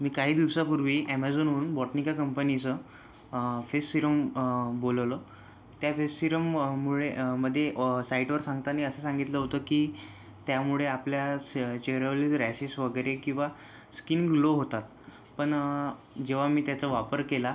मी काही दिवसापूर्वी ॲमेझॉनवरून बॉटनिका कंपनीचं फेस सिरम बोलवलं त्या फेस सिरममुळे मध्ये साइटवर सांगतानी असं सांगितलं होतं की त्यामुळे आपल्या चेहऱ्यावरील रॅशेस वगैरे किंवा स्किन ग्लो होतात पण जेव्हा मी त्याचा वापर केला